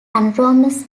anadromous